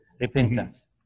repentance